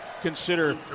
consider